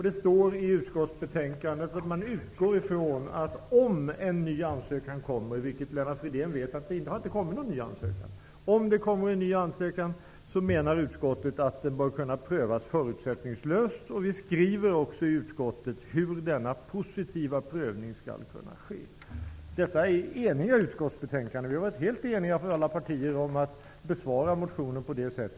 Det står i utskottsbetänkandet att utskottet utgår från att en ny ansökan, om en sådan kommer in -- vilket Lennart Fridén vet inte har skett -- bör kunna prövas förutsättningslöst. Vi skriver också hur denna positiva prövning skall kunna ske. I detta betänkande är utskottet enigt. Alla partier har varit helt överens om att motionen skall besvaras på detta sätt.